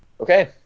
Okay